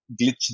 glitch